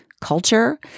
culture